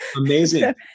Amazing